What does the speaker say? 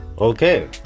Okay